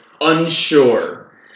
unsure